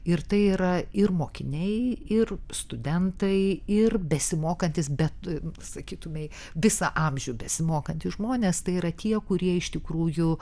ir tai yra ir mokiniai ir studentai ir besimokantys bet sakytumei visą amžių besimokantys žmonės tai yra tie kurie iš tikrųjų